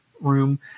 room